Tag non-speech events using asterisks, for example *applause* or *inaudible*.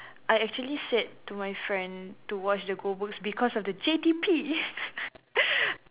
I actually said to my friend to watch the Goldbergs because of the J_T_P *laughs*